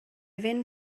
fynd